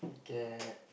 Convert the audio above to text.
K